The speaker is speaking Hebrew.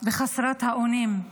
וחסרת האונים,